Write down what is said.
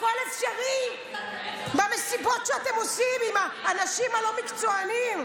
הכול אפשרי במסיבות שאתם עושים עם האנשים הלא-מקצוענים?